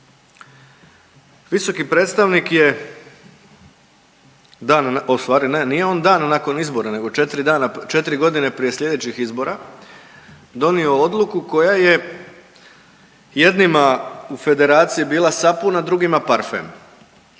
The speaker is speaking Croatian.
Visoki predstavnik je dan, ustvari ne nije on dan nakon izbora nego 4 dana, 4.g. prije slijedećih izbora donio odluku koja je jednima u Federacija bila sapun, a drugima parfem,